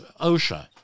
OSHA